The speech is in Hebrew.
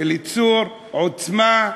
"אליצור", "עוצמה"